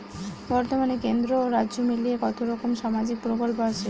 বতর্মানে কেন্দ্র ও রাজ্য মিলিয়ে কতরকম সামাজিক প্রকল্প আছে?